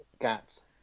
gaps